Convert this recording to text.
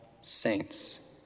saints